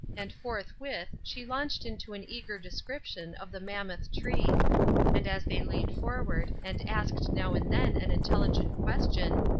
and forthwith she launched into an eager description of the mammoth tree and as they leaned forward, and asked now and then an intelligent question,